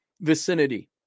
vicinity